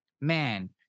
man